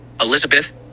Elizabeth